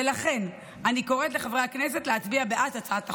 ולכן אני קוראת לחברי הכנסת להצביע בעד הצעת החוק,